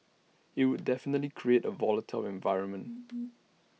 IT would definitely create A volatile environment